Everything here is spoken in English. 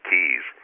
Keys